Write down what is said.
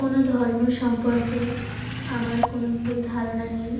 কোনো ধর্ম সম্পর্কে আমার কোনো ভুল ধারণা নেই